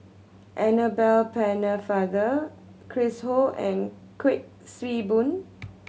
Annabel Pennefather Chris Ho and Kuik Swee Boon